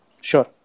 Sure